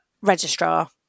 registrar